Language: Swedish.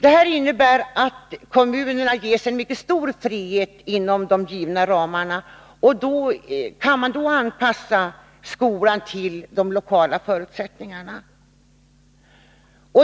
Det innebär att kommunerna ges en mycket stor frihet inom de givna ramarna och att de kan anpassa skolan till de lokala förutsättningarna.